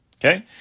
Okay